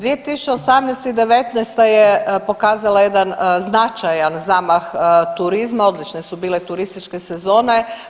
2018. i 2019. -ta je pokazala jedan značajan zamah turizma, odlične su bile turističke sezone.